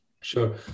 Sure